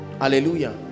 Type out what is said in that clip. Hallelujah